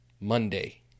monday